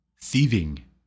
thieving